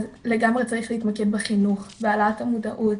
אז לגמרי צריך להתמקד בחינוך בהעלאת המודעות,